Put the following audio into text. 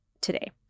today